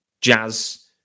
jazz